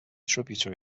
tributary